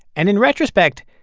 and in retrospect,